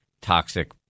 toxic